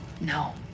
No